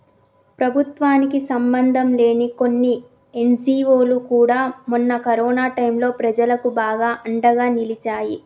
ప్రభుత్వానికి సంబంధంలేని కొన్ని ఎన్జీవోలు కూడా మొన్న కరోనా టైంలో ప్రజలకు బాగా అండగా నిలిచాయి